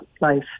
life